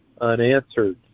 unanswered